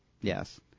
yes